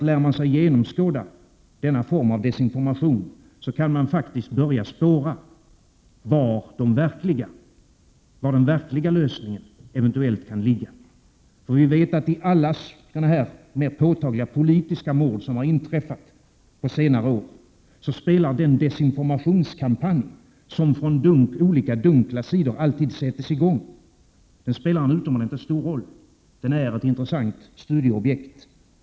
Lär man sig genomskåda denna desinformation, kan man faktiskt börja spåra var den verkliga lösningen eventuellt kan ligga. Vi vet att i alla mera uppmärksammade fall av politiska mord som har inträffat på senare år spelar den desinformationskampanj som från olika dunkla sidor alltid sätts i gång en utomordentligt stor roll. Den är ett intressant studieobjekt.